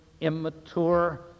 immature